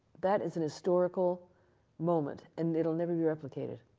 that is a historical moment. and it will never be replicated,